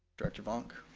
director vonck?